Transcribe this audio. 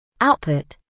output